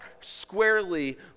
squarely